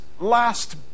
Last